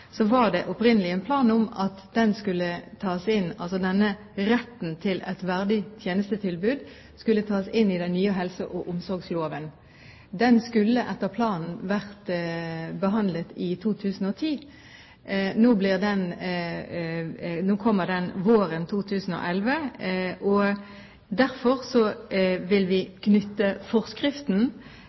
var det opprinnelig en plan om at retten til et verdig tjenestetilbud skulle tas inn i den nye helse- og omsorgsloven. Den skulle etter planen vært behandlet i 2010. Nå kommer den våren 2011, og derfor vil vi knytte forskriften